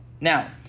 Now